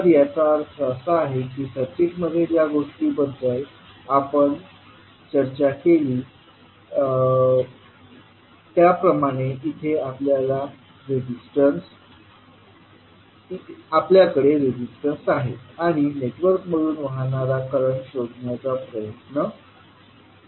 तर याचा अर्थ असा आहे की सर्किटमध्ये ज्या गोष्टींबद्दल आपण चर्चा केली त्याप्रमाणे इथे आपल्याकडे रेजिस्टन्स आहेत आणि नेटवर्कमधून वाहणारा करंट शोधण्याचा आपण प्रयत्न करतो